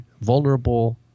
Vulnerable